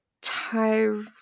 Tyre